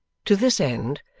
to this end,